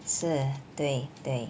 是对对